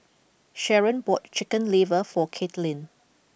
Sharron bought chicken liver for Katelyn